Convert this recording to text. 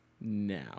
now